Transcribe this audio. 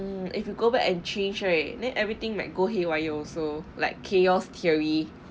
if you go back and change right then everything go haywire also like chaos theory